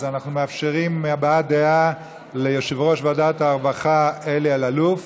אז אנחנו מאפשרים הבעת דעה ליושב-ראש ועדת הרווחה אלי אלאלוף.